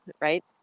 right